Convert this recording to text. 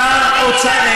שר אוצר,